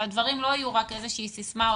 שהדברים לא יהיו רק איזושהי סיסמא או